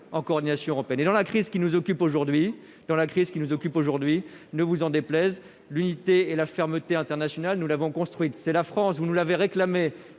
nous occupe aujourd'hui dans la crise qui nous occupe aujourd'hui, ne vous en déplaise, l'unité et la fermeté internationale, nous l'avons construite, c'est la France, vous nous l'avez réclamé